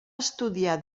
estudiar